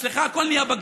אצלך הכול נהיה בגיץ.